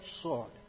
sword